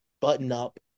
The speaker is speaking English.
button-up